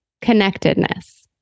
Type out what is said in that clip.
connectedness